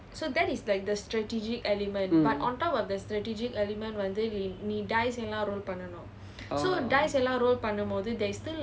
mm orh